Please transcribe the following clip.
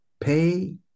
pay